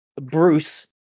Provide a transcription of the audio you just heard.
Bruce